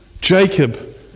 Jacob